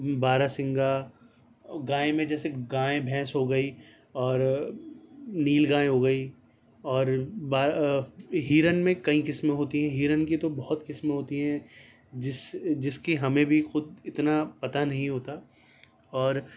بارہ سنگھا گائیں میں جیسے گائیں بھینس ہو گئی اور نیل گائیں ہو گئی اور ہرن میں کئی قسمیں ہوتی ہے ہرن کی تو بہت قسمیں ہوتی ہیں جس جس کی ہمیں بھی خود اتنا پتہ نہیں ہوتا اور